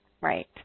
Right